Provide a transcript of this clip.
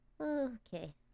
Okay